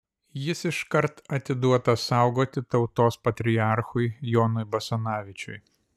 jis iškart atiduotas saugoti tautos patriarchui jonui basanavičiui